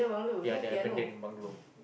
ya the abandonned bungalow